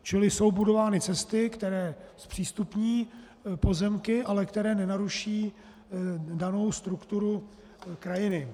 Čili jsou budovány cesty, které zpřístupní pozemky, ale které nenaruší danou strukturu krajiny.